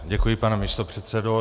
Děkuji, pane místopředsedo.